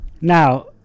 Now